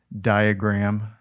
diagram